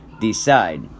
decide